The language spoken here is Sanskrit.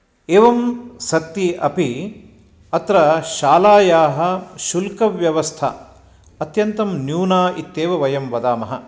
एवं सत्यपि अत्र शालायाः शुल्कव्यवस्था अत्यन्तं न्यूना इत्येव वयं वदामः